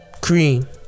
Cream